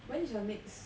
when is your next